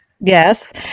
Yes